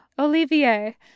Olivier